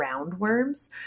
roundworms